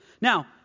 Now